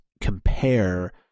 compare